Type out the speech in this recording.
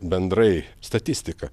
bendrai statistika